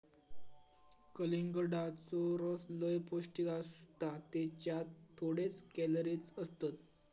कलिंगडाचो रस लय पौंष्टिक असता त्येच्यात थोडेच कॅलरीज असतत